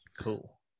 Cool